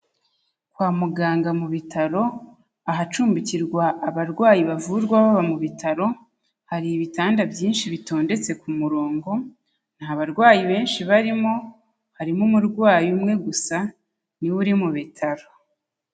Kwa muganga mu bitaro, ahacumbikirwa abarwayi bavurwa baba mu bitaro, hari ibitanda byinshi bitondetse ku murongo. Nta barwayi benshi barimo, harimo umurwayi umwe gusa, ni uri mu bitaro.